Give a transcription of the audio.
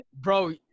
Bro